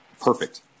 perfect